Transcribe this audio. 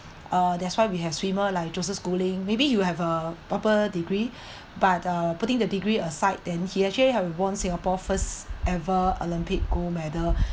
uh that's why we have swimmer like joseph schooling maybe you have a proper degree but uh putting the degree aside then he actually have won singapore's first ever olympic gold medal